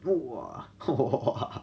!wah!